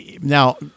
now